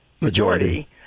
majority